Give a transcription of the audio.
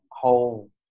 whole